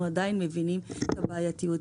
אנחנו עדיין מבינים את הבעייתיות.